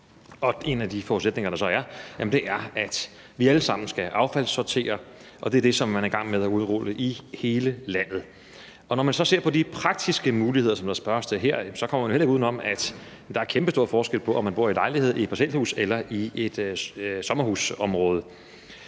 en af de forudsætninger, der så er, er, at vi alle sammen skal affaldssortere, og det er det, som man er i gang med at udrulle i hele landet. Og når man så ser på de praktiske muligheder, som der spørges til her, kommer man jo heller ikke uden om, at der er kæmpestor forskel på, om man bor i lejlighed, i et parcelhus eller i et sommerhusområde.